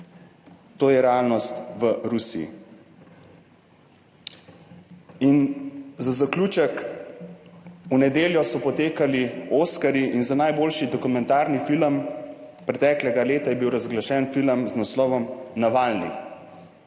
to je realnost v Rusiji. In za zaključek, v nedeljo so potekali oskarji in za najboljši dokumentarni film preteklega leta je bil razglašen film z naslovom Navalni,